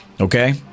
Okay